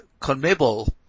CONMEBOL